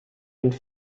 und